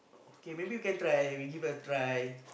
okay maybe you can try we give it a try